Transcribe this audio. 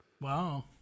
wow